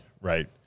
Right